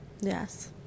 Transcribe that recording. Yes